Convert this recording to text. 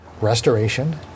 Restoration